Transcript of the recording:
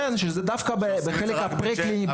כן, וזה דווקא בחלק הפרה-קליני בחו"ל.